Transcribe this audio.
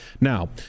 Now